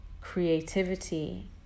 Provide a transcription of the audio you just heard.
creativity